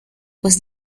was